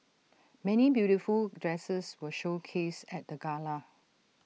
many beautiful dresses were showcased at the gala